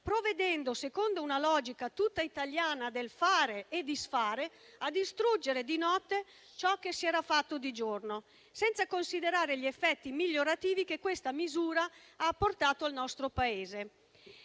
provvedendo, secondo una logica tutta italiana del fare e disfare, a distruggere di notte ciò che si era fatto di giorno, senza considerare gli effetti migliorativi che questa misura ha portato al nostro Paese: